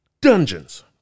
dungeons